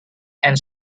and